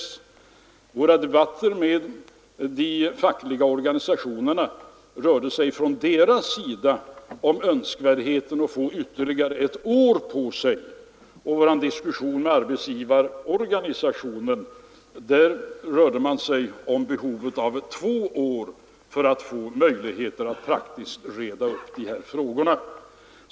Våra debatter med de fackliga organisationerna rörde sig från deras sida om önskvärdheten av att få ytterligare ett år på sig, och vår diskussion med arbetsgivarorganisationen rörde sig om behovet av två år för att få möjlighet att praktiskt reda ut de här frågorna.